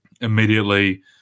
immediately